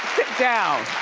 down.